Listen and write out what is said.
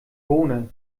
bohne